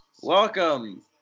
Welcome